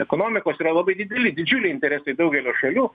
ekonomikos yra labai dideli didžiuliai interesai daugelio šalių